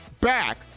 back